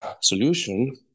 solution